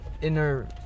inner